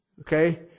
Okay